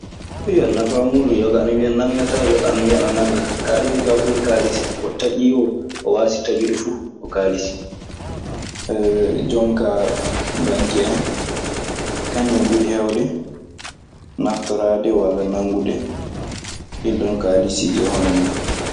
Nafaa muuɗum yoga ana wiya nanngataa. yoga ana wiya ana nannga kaaliisi; kaa fuu yo kaalisi ko taƴi, yoo ko waasi taƴude fuu, yo kaalisi. jonkaa banke en kañun en ɓuri heewde naftoraade walla nanngude ɗinɗon kaalisi e hono mun.